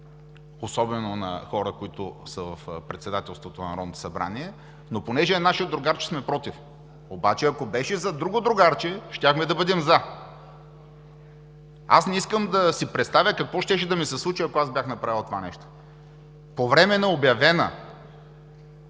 особено на хора, които са в председателството на Народното събрание, но понеже е наше другарче, сме „против“, обаче ако беше за друго другарче, щяхме да бъдем „за“.“ Не искам да си представя какво щеше да ми се случи, ако аз бях направил това нещо. По време на обявено